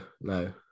no